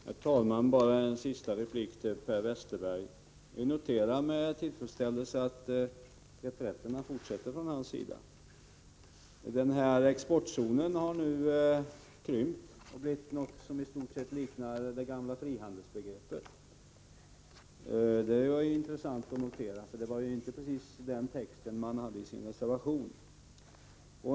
Herr talman! Bara en sista replik till Per Westerberg. Jag noterar med tillfredsställelse att reträtterna fortsätter från hans sida. Den här exportzonen har nu krympt och blivit något som i stort sett liknar det gamla frihandelsbegreppet. Detta är intressant att notera, eftersom det inte precis var den texten man hade i sin reservation.